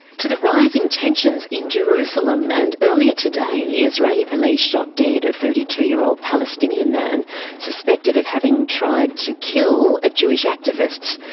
to the rising tensions in jerusalem, and earlier today israeli police shot dead a thirty two year old palestinian man suspected of having tried to kill a jewish activist.